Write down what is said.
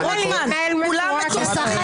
הוא מעיף את כל חברי הוועדה אחד,